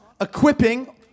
equipping